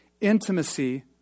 intimacy